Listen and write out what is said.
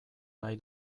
nahi